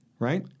Right